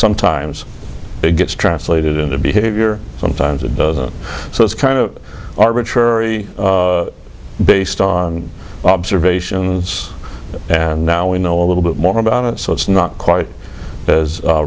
sometimes it gets translated into behavior sometimes it doesn't so it's kind of arbitrary based on observations and now we know a little bit more about it so it's not quite as